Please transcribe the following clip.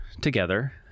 together